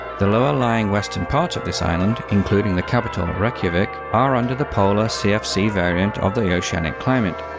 the lower lying western parts of this island, including the capital reykjavik are under the polar cfc variant of the oceanic climate,